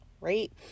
Right